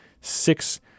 six